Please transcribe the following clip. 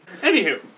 Anywho